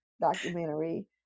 documentary